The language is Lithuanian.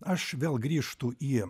aš vėl grįžtu į